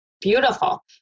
beautiful